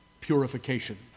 purification